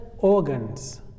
organs